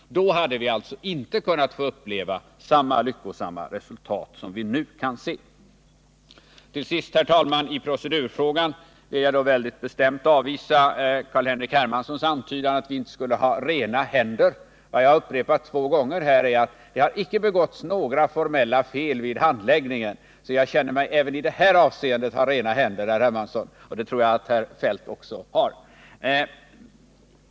Då hade vi inte kunnat få uppleva samma lyckosamma resultat som vi nu kan se. Till sist, herr talman. I procedurfrågan vill jag bestämt avvisa Carl-Henrik Hermanssons antydan om att vi inte skulle ha rena händer. Vad jag upprepat två gånger här är att det inte begåtts några formella fel vid handläggningen, så jag har även i det avseendet rena händer, herr Hermansson, och det tror jag att herr Feldt också har.